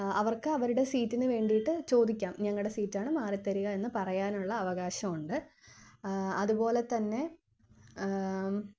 അവർക്ക് അവരുടെ സീറ്റിന് വേണ്ടിയിട്ട് ചോദിക്കാം ഞങ്ങളുടെ സീറ്റാണ് മാറി തരിക എന്ന് പറയാനുള്ള അവകാശമുണ്ട് അതുപോലെതന്നെ